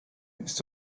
jest